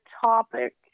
topic